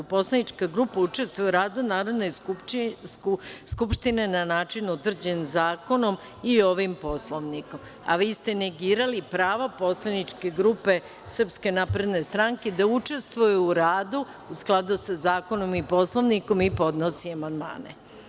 Poslanička grupa učestvuje u radu Narodne skupštine na način utvrđen zakonom i ovim Poslovnikom, a vi ste negirali pravo poslaničke grupe SNS da učestvuje u radu, u skladu sa zakonom i Poslovnikom, i da podnosi amandmane.